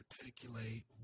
articulate